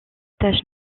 taches